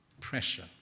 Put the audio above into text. pressure